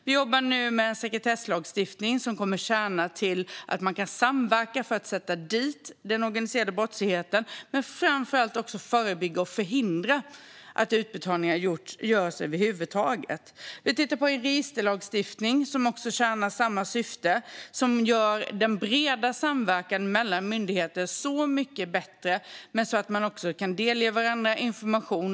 Vi jobbar nu med en sekretesslagstiftning som ska syfta till att man kan samverka för att sätta dit den organiserade brottsligheten och framför allt också förebygga och förhindra att utbetalningar görs över huvud taget. Vi tittar på en registerlagstiftning som också tjänar samma syfte och gör den breda samverkan mellan myndigheter så mycket bättre för att man att också ska kunna delge varandra information.